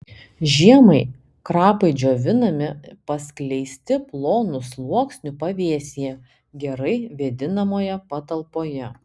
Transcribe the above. žiemai krapai džiovinami paskleisti plonu sluoksniu pavėsyje gerai vėdinamoje patalpoje